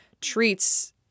treats